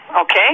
Okay